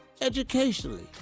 educationally